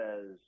says